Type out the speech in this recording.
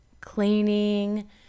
cleaning